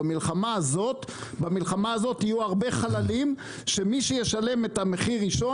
במלחמה הזאת יהיו הרבה חללים שמי שישלם את המחיר ראשון